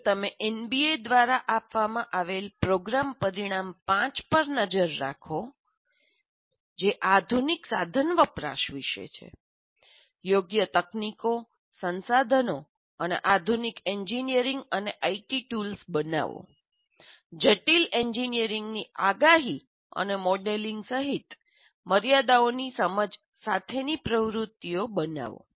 જો તમે એનબીએ દ્વારા આપવામાં આવેલા પ્રોગ્રામ પરિણામ 5 પર નજર નાખો જે એબીઇટી પણ કહે છે તે જ સમાન છે જે આધુનિક સાધન વપરાશ વિશે છે યોગ્ય તકનીકો સંસાધનો અને આધુનિક એન્જિનિયરિંગ અને આઇટી ટૂલ્સ બનાવો જટિલ એન્જિનિયરિંગની આગાહી અને મોડેલિંગ સહિત મર્યાદાઓની સમજ સાથેની પ્રવૃત્તિઓ બનાવો